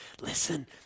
Listen